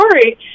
story